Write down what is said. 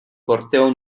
corteo